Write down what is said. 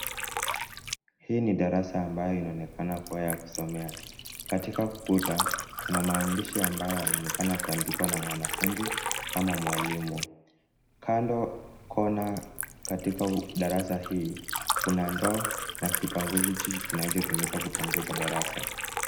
Hii ni darasa ambayo inaonekana kuwa ya kusomea. Katika kuta, kuna maandishi ambayo yanaonekana kuandikwa na mwanafunzi ama mwalimu. Kando kona katika darasa hii kuna ndoo na kipanguzi kinachotumika kupanguza darasa.